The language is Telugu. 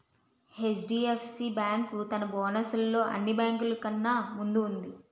హెచ్.డి.ఎఫ్.సి బేంకు తన బోనస్ లలో అన్ని బేంకులు కన్నా ముందు వుంది